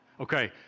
Okay